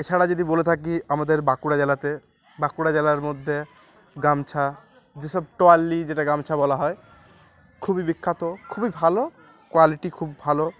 এছাড়া যদি বলে থাকি আমাদের বাঁকুড়া জেলাতে বাঁকুড়া জেলার মধ্যে গামছা যেসব টোয়ালা যেটা গামছা বলা হয় খুবই বিখ্যাত খুবই ভালো কোয়ালিটি খুব ভালো